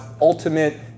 ultimate